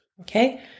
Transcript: Okay